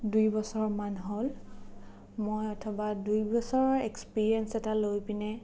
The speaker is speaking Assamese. দুই বছৰমান হ'ল মই অথবা দুই বছৰ এক্সপিৰিয়েঞ্চ এটা লৈ পিনে